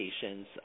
patients